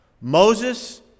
Moses